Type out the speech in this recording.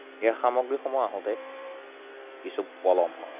এই সামগ্ৰীসমূহ আহোঁতে কিছু পলম হয়